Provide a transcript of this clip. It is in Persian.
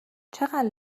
چقدر